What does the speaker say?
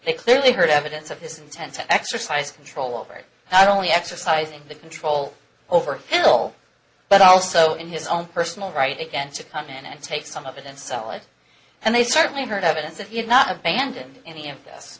they clearly heard evidence of his intent to exercise control over it i don't know exercising the control over illegal but also in his own personal right again to come in and take some of it and sell it and they certainly heard evidence if he had not abandoned any of this